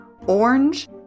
Orange